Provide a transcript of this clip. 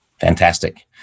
Fantastic